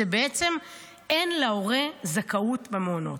בעצם אין להורה זכאות במעונות.